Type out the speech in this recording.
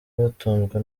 batunzwe